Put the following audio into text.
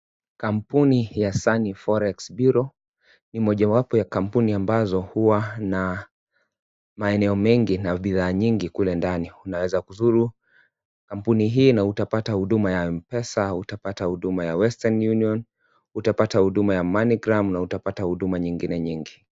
Kampuni ya Sunny Forex Bureau ni mojawapo ya kampuni ambazo huwa na maeneo mengi na bidhaa nyingi kule ndani. Unaeza kuzuru kampuni hii na utapata Huduma ya mpesa, utapata Huduma ya Western Union, utapata Huduma ya money gram na utapata Huduma nyingine nyingi.